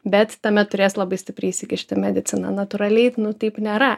bet tame turės labai stipriai įsikišti medicina natūraliai taip nėra